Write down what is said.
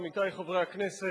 עמיתי חברי הכנסת,